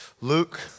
Luke